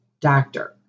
doctor